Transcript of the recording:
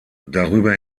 darüber